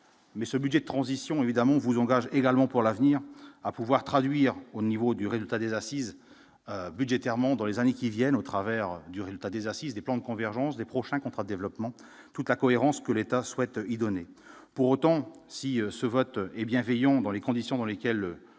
mais ce budget de transition évidemment vous engage également pour l'avenir, à pouvoir traduire au niveau du résultat des assises budgétairement dans les années qui viennent, au travers du résultat des assises, des plans de convergence des prochains contrats développement toute la cohérence que l'État souhaite y donner pour autant, si ce vote et bienveillant dans les conditions dans lesquelles